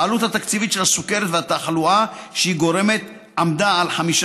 העלות התקציבית של הסוכרת והתחלואה שהיא גורמת עמדה על 15